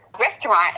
restaurant